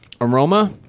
Aroma